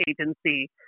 agency